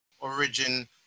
origin